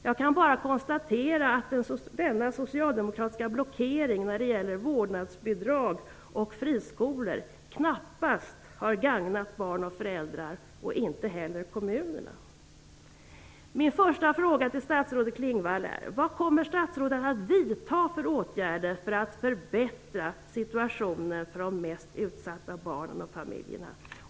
Jag kan bara konstatera att denna socialdemokratiska blockering när det gäller vårdnadsbidrag och friskolor knappast har gagnat barn och föräldrar och inte heller kommunerna.